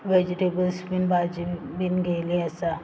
vegetables bean भाजी bean घेयली आसा